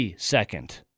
second